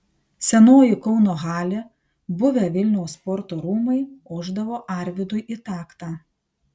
senoji kauno halė buvę vilniaus sporto rūmai ošdavo arvydui į taktą